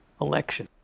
election